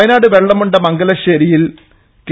വയനാട് വെള്ളമുണ്ട മംഗലശേരിയിൽ കെ